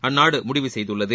அந்நாடு முடிவு செய்துள்ளது